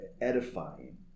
edifying